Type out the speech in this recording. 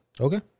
Okay